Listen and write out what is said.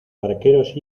barqueros